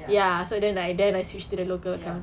ya ya